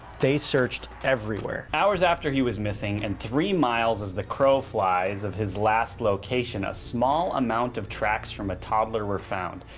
they searched everywhere. hours after he was missing and three miles as the crow flies of his last location, a small amount of tracks from a toddler were found.